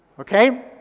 Okay